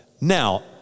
Now